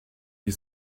wie